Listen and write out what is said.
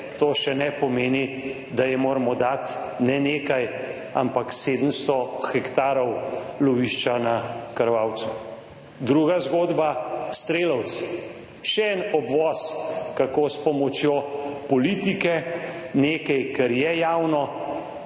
to še ne pomeni, da jim moramo dati ne nekaj, ampak 700 hektarov lovišča na Krvavcu. Druga zgodba, Strelovec. Še en obvoz, kako s pomočjo politike nekaj, kar je javno